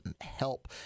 help